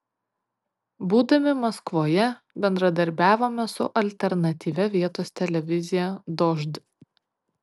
būdami maskvoje bendradarbiavome su alternatyvia vietos televizija dožd